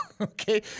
Okay